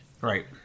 Right